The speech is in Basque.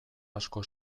asko